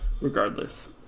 regardless